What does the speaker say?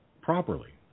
properly